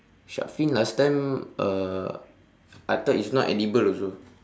shark fin last time uh I thought is not edible also